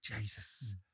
Jesus